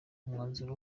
umwuzure